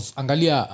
angalia